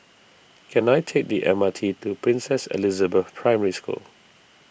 can I take the M R T to Princess Elizabeth Primary School